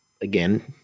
again